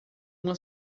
uma